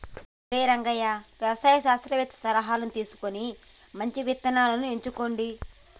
ఒరై రంగయ్య వ్యవసాయ శాస్త్రవేతల సలహాను తీసుకొని మంచి ఇత్తనాలను ఎంచుకోండి